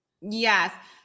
Yes